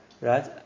right